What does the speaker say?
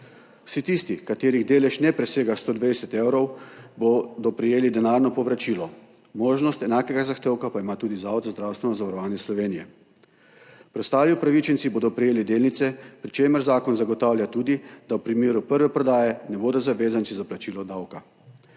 Vsi tisti, katerih delež ne presega 120 evrov, bodo prejeli denarno povračilo, možnost enakega zahtevka pa ima tudi Zavod za zdravstveno zavarovanje Slovenije. Preostali upravičenci bodo prejeli delnice, pri čemer zakon zagotavlja tudi, da v primeru prve prodaje ne bodo zavezanci za plačilo davka.